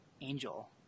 angel